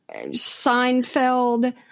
Seinfeld